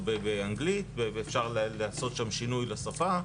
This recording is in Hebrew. או אנגלית ואפשר לעשות שם שינוי שפה.